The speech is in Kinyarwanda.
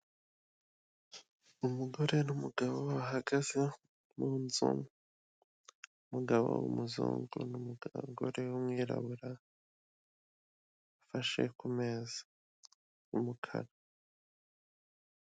Umugore n'umugabo bahagaze mu nzu, umugabo w'umuzungu n'umugore w'umwirabura bafashe ku meza y'umukara.